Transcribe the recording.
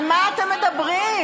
על מה אתם מדברים?